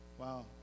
Wow